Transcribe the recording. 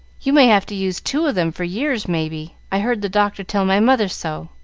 you may have to use two of them for years, may be. i heard the doctor tell my mother so.